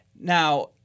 Now